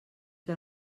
que